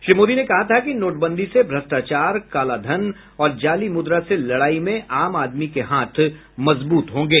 श्री मोदी ने कहा था कि नोटबंदी से भ्रष्टाचार काले धन और जाली मुद्रा से लडाई में आम आदमी के हाथ मजबूत होंगे